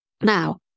Now